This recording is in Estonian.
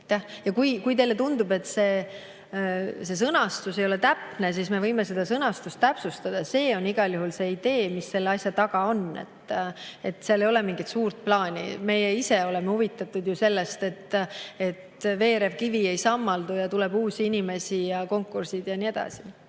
Kui teile tundub, et see sõnastus ei ole täpne, siis me võime seda täpsustada. See on igal juhul see idee, mis selle asja taga on, seal ei ole mingit suurt plaani. Meie ise oleme ju sellest huvitatud. Veerev kivi ei sammaldu, tuleb uusi inimesi ja konkursse ja nii edasi.